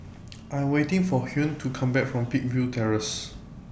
I Am waiting For Hugh to Come Back from Peakville Terrace